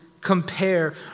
compare